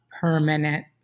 permanent